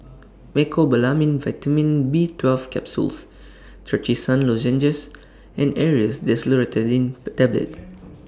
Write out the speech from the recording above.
Mecobalamin Vitamin B twelve Capsules Trachisan Lozenges and Aerius DesloratadineTablets